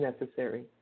necessary